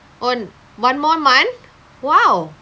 oh one more month !wow!